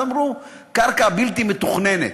אז אמרו: קרקע בלתי מתוכננת.